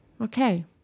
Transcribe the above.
okay